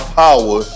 power